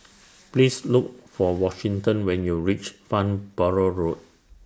Please Look For Washington when YOU REACH Farnborough Road